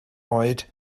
oed